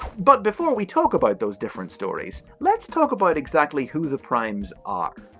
but before we talk about those different stories, let's talk about exactly who the primes are.